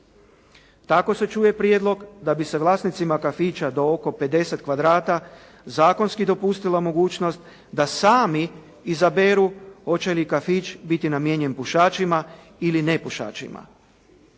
Tako se čuje prijedlog da bi se vlasnicima kafića do oko 50 kvadrata, zakonski dopustila mogućnost da sami izaberu hoće li kafić biti namijenjen pušačima ili nepušačima.